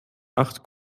acht